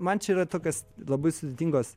man čia yra tokios labai sudėtingos